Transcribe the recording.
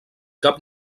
cap